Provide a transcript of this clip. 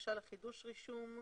בקשה לחידוש רישום,